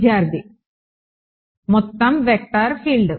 విద్యార్థి మొత్తం vector field